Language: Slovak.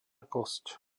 kosť